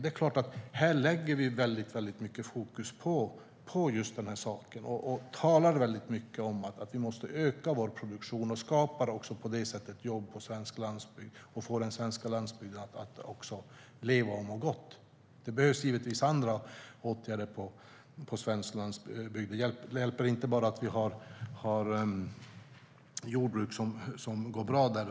Det är klart att vi sätter mycket fokus på just en livsmedelsstrategi och på det sättet skapar jobb på svensk landsbygd så att den ska leva och må gott. Det behövs givetvis även andra åtgärder, det hjälper inte bara att det finns jordbruk som går bra.